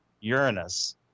Uranus